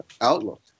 outlook